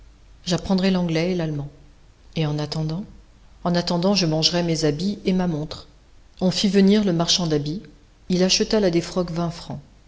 j'apprendrai l'anglais et l'allemand et en attendant en attendant je mangerai mes habits et ma montre on fit venir le marchand d'habits il acheta la défroque vingt francs